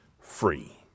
free